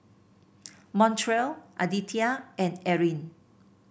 Montrell Aditya and Eryn